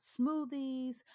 smoothies